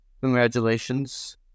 Congratulations